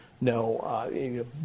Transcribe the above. no